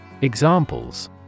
Examples